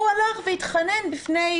הוא הלך והתחנן בפני